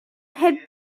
had